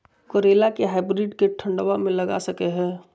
करेला के हाइब्रिड के ठंडवा मे लगा सकय हैय?